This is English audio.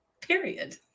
Period